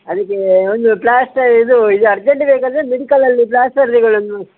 ಅದಕ್ಕೆ ಒಂದು ಪ್ಲಾಸ್ಟರ್ ಇದು ಇದು ಅರ್ಜೆಂಟಿಗೆ ಬೇಕಾದರೆ ಮೆಡಿಕಲಲ್ಲಿ ಪ್ಲಾಸ್ಟರ್ ತಗೊಳ್ಳಿ ಒಂದು